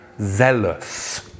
zealous